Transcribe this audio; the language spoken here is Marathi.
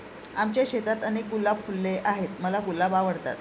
आमच्या शेतात अनेक गुलाब फुलले आहे, मला गुलाब आवडतात